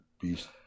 Beast